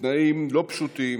בתנאים לא פשוטים